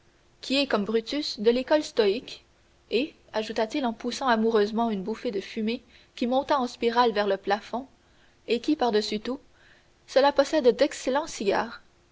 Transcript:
qui est comme brutus de l'école stoïque et ajouta-t-il en poussant amoureusement une bouffée de fumée qui monta en spirale vers le plafond et qui par-dessus tout cela possède d'excellents cigares